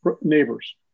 neighbors